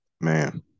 Man